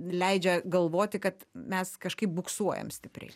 leidžia galvoti kad mes kažkaip buksuojam stipriai